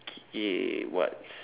eh what's